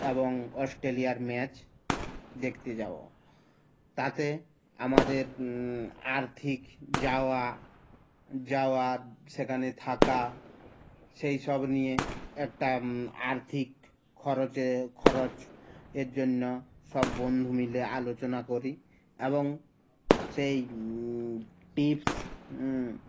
এবং অস্টেলিয়ার ম্যাচ দেখতে যাবো তাতে আমাদের আর্থিক যাওয়া যাওয়া সেখানে থাকা সেই সব নিয়ে একটা আর্থিক খরচে খরচ এর জন্য সব বন্ধু মিলে আলোচনা করি এবং সেই টিপস